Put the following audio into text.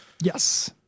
Yes